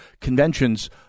conventions